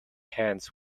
hands